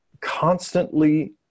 constantly